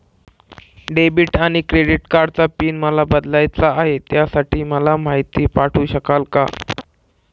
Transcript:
Debit आणि credit कार्डचा PIN मला बदलायचा आहे, त्यासाठी मला माहिती पाठवू शकाल का?